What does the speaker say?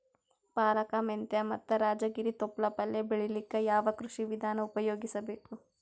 ಪಾಲಕ, ಮೆಂತ್ಯ ಮತ್ತ ರಾಜಗಿರಿ ತೊಪ್ಲ ಪಲ್ಯ ಬೆಳಿಲಿಕ ಯಾವ ಕೃಷಿ ವಿಧಾನ ಉಪಯೋಗಿಸಿ ಬೇಕು?